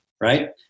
right